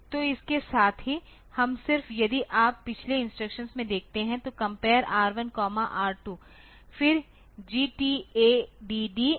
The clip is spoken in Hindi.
तो इसके साथ ही हम सिर्फ यदि आप पिछले इंस्ट्रक्शन में देखते हैं तो कम्पेयर R1R2 फिर GTADD R3R4R5